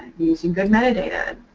using good metadata,